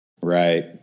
right